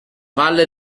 valle